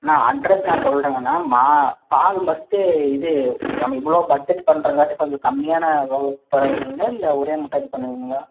அண்ணா address நான் சொல்லுறேங்கண்ணா மா பால் ஃபர்ஸ்ட்டு இது நம்ம இவ்வளோ பட்ஜெட் பண்ணுறங்காட்டி கொஞ்சம் கம்மியான விலைக்கு தருவீங்களா இல்லை ஒரே மூட்டாக இது பண்ணுவீங்களா